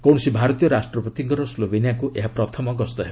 କୌଣସି ଭାରତୀୟ ରାଷ୍ଟ୍ରପତିଙ୍କର ସ୍ଲୋବେନିଆକୁ ଏହା ପ୍ରଥମ ଗସ୍ତ ହେବ